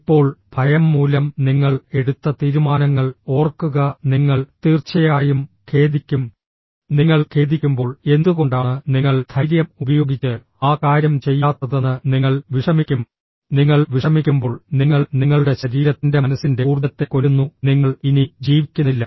ഇപ്പോൾ ഭയം മൂലം നിങ്ങൾ എടുത്ത തീരുമാനങ്ങൾ ഓർക്കുക നിങ്ങൾ തീർച്ചയായും ഖേദിക്കും നിങ്ങൾ ഖേദിക്കുമ്പോൾ എന്തുകൊണ്ടാണ് നിങ്ങൾ ധൈര്യം ഉപയോഗിച്ച് ആ കാര്യം ചെയ്യാത്തതെന്ന് നിങ്ങൾ വിഷമിക്കും നിങ്ങൾ വിഷമിക്കുമ്പോൾ നിങ്ങൾ നിങ്ങളുടെ ശരീരത്തിന്റെ മനസ്സിന്റെ ഊർജ്ജത്തെ കൊല്ലുന്നു നിങ്ങൾ ഇനി ജീവിക്കുന്നില്ല